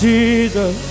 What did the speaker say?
Jesus